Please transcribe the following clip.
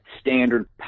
standard